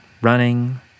running